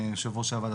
יושבת ראש הוועדה,